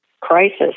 crisis